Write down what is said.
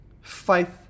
Faith